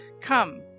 Come